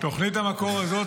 תוכנית "המקור" הזאת